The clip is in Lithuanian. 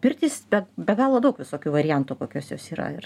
pirtys be be galo daug visokių variantų kokios jos yra ir